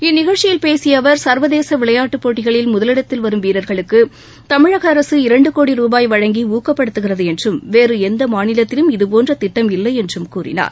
இந்நிகழ்ச்சியில் பேசிய அவர் சர்வதேச விளையாட்டுப் போட்டிகளில் முதலிடத்தில் வரும் வீரர்களுக்கு தமிழக அரசு இரண்டு கோடி ரூபாய் வழங்கி ஊக்கப்படுத்துகிறது என்றும் வேறு எந்த மாநிலத்திலும் இதுபோன்ற திட்டம் இல்லை என்றும் கூறினார்